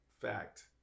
Fact